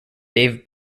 dave